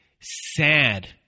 Sad